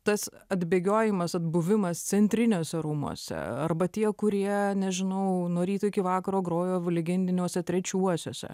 tas atbėgiojimas atbuvimas centriniuose rūmuose arba tie kurie nežinau nuo ryto iki vakaro grojo legendiniuose trečiuosiuose